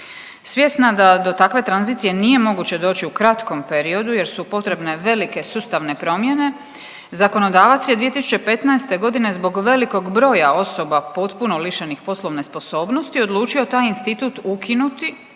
Svjesna da to takve tranzicije nije moguće doći u kratkom periodu, jer su potrebne velike sustavne promjene zakonodavac je 2015. godine zbog velikog broja osoba potpuno lišenih poslovne sposobnosti odlučio taj institut ukinuti